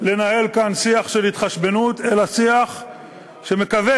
אתה האחרון שצריך לדבר,